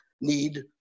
need